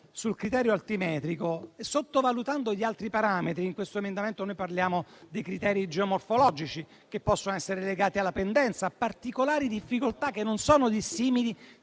sul criterio altimetrico, sottovalutando gli altri parametri. Nell'emendamento 2.1 facciamo riferimento ai criteri geomorfologici, che possono essere legati alla pendenza e a particolari difficoltà che non sono dissimili